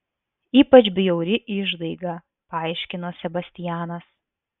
ypač bjauri išdaiga paaiškino sebastianas